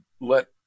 let